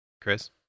Chris